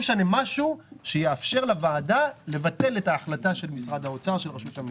שיאפשר לוועדה לבטל את ההחלטה של רשות המיסים.